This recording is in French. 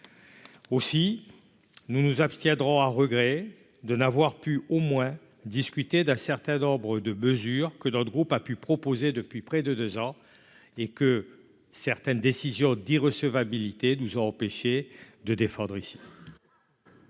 aussi, nous nous abstiendrons à regret de n'avoir pu au moins discuter d'un certain nombre de mesures que dans le groupe a pu proposer depuis près de 2 ans et que certaines décisions d'irrecevabilité nous empêché de défendre ici.